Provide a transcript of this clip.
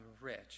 rich